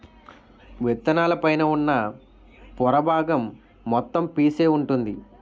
విత్తనాల పైన ఉన్న పొర బాగం మొత్తం పీసే వుంటుంది